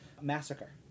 Massacre